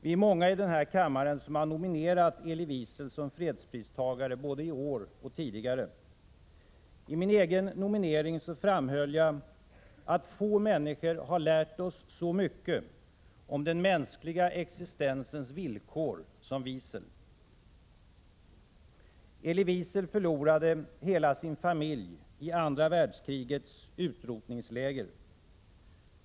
Vi är många i denna kammare som har nominerat Elie Wiesel som fredspristagare, både i år och tidigare. I min egen nominering framhöll jag att få människor lärt oss så mycket om den mänskliga existensens villkor som Wiesel. Elie Wiesel förlorade hela sin familj i andra världskrigets utrotningsläger.